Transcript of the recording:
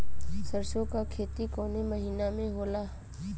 सरसों का खेती कवने महीना में होला?